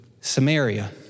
Samaria